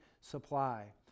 supply